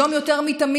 היום יותר מתמיד,